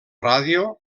ràdio